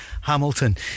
Hamilton